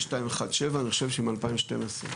5217, אני חושב שמ-2012.